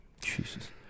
Jesus